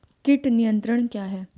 कीट नियंत्रण क्या है?